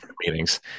meetings